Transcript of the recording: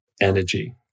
energy